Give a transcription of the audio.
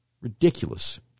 ridiculous